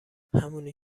همونی